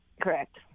Correct